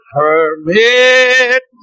permit